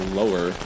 lower